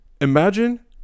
Imagine